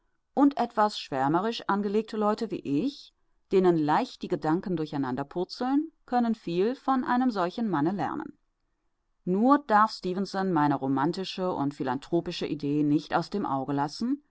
und etwas schwärmerisch angelegte leute wie ich denen leicht die gedanken durcheinander purzeln können viel von solchem manne lernen nur darf stefenson meine romantische und philanthropische idee nicht aus dem auge lassen